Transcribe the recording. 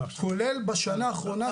-- כולל בשנה האחרונה,